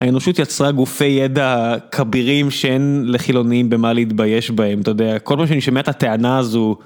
האנושות יצרה גופי ידע כבירים שאין לחילונים במה להתבייש בהם, אתה יודע, כל פעם שאני שומע את הטענה הזו...